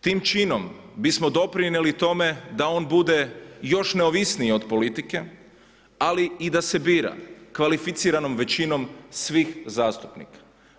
Tim činom bismo doprinijeli tome da on bude još neovisniji od politike ali i da se bira kvalificiranom većinom svih zastupnika.